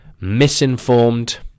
misinformed